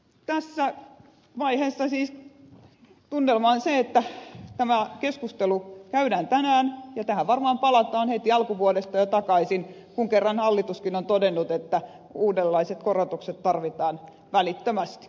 tässä vaiheessa siis tunnelma on se että tämä keskustelu käydään tänään ja tähän varmaan palataan heti alkuvuodesta jo takaisin kun kerran hallituskin on todennut että uudenlaiset korotukset tarvitaan välittömästi